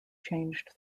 changed